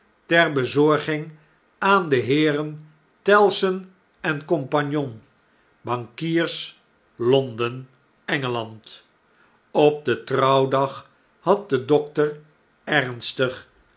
ter bezorging aan de heeren tellson en cie bankiers londen engelan d op den trouwdag had de dokter ernstig